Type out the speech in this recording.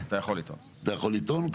אתה יכול לטעון.